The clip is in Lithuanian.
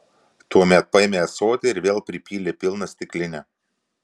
tuomet paėmė ąsotį ir vėl pripylė pilną stiklinę